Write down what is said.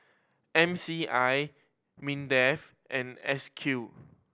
M C I MINDEF and S Q